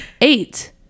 Eight